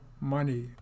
money